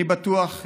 אני בטוח,